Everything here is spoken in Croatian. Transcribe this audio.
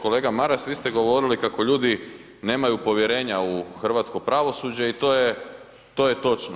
Kolega Maras, vi ste govorili kako ljudi nemaju povjerenja u hrvatsko pravosuđe i to je točno.